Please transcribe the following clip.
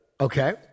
okay